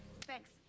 Thanks